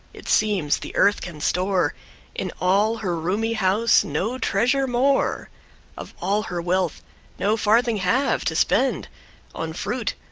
it seems the earth can store in all her roomy house no treasure more of all her wealth no farthing have to spend on fruit,